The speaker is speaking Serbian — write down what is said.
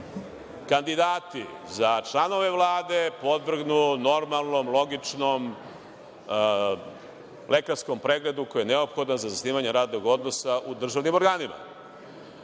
kandidati za članove Vlade podvrgnu normalnom, logičnom lekarskom pregledu koji je neophodan za zasnivanje radnog odnosa u državnim organima.